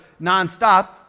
nonstop